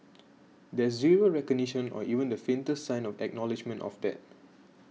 there's zero recognition or even the faintest sign of acknowledgement of that